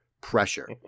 pressure